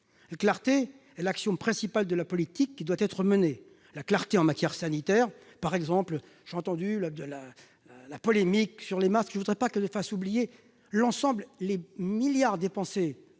La clarté est l'axiome principal de la politique qui doit être menée : la clarté en matière sanitaire, par exemple. J'ai entendu la polémique sur les masques. Je ne voudrais pas qu'elle fasse oublier les milliards d'euros